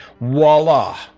voila